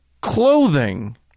clothing